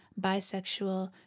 bisexual